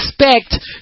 expect